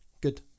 good